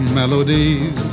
melodies